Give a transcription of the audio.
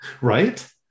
Right